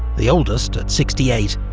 the oldest at sixty eight,